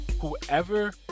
whoever